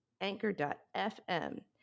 anchor.fm